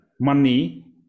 money